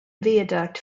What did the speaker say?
viaduct